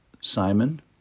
Simon